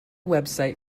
website